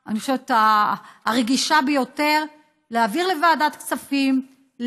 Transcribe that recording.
הרגישה ביותר: להעביר לוועדת הכספים,